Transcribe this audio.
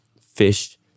fish